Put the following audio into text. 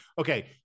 okay